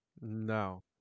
No